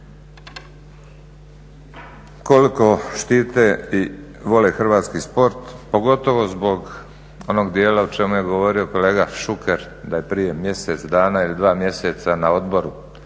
koliko štite i vole hrvatski sport. Pogotovo zbog onog dijela o čemu je govorio kolega Šuker da je prije mjesec dana ili dva mjeseca na odboru